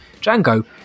Django